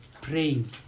praying